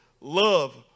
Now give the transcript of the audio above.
love